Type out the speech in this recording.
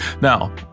Now